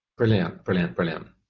brilliant, brilliant, brilliant.